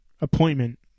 appointment